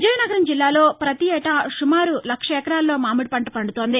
విజయనగరం జిల్లాలో పతి ఏటా సుమారు లక్ష ఎకరాల్లో మామిడి పంట పండుతుంది